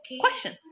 Question